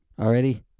already